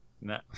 no